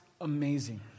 amazing